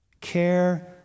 care